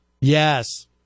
Yes